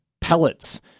pellets